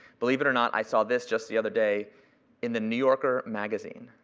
believe it or not, i saw this just the other day in the new yorker magazine.